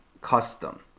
custom